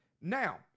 Now